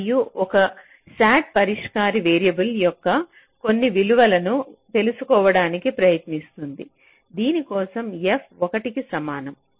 మరియు ఒక SAT పరిష్కారి వేరియబుల్స్ యొక్క కొన్ని విలువలను తెలుసుకోవడానికి ప్రయత్నిస్తుంది దీని కోసం f 1 కి సమానం